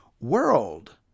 world